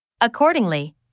Accordingly